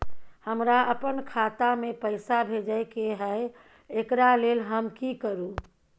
हमरा अपन खाता में पैसा भेजय के है, एकरा लेल हम की करू?